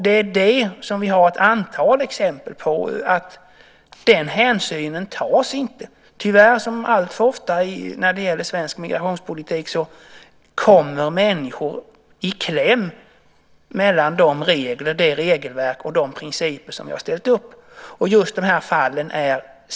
Det finns ett antal exempel på att denna hänsyn inte tas. Tyvärr, som alltför ofta gäller i svensk migrationspolitik, kommer människor i kläm mellan det regelverk och de principer vi har ställt upp.